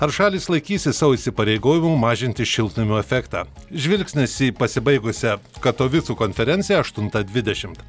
ar šalys laikysis savo įsipareigojimų mažinti šiltnamio efektą žvilgsnis į pasibaigusią katovicų konferenciją aštuntą dvidešimt